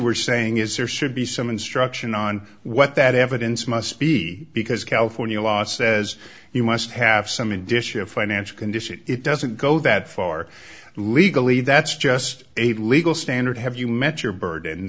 were saying is there should be some instruction on what that evidence must be because california law says you must have some in addition a financial condition it doesn't go that far legally that's just a legal standard have you met your burden and